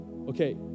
Okay